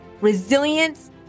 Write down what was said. resilience